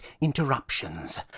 interruptions